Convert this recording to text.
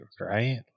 right